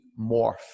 morph